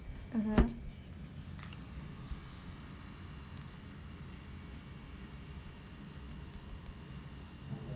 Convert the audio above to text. (uh huh)